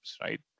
right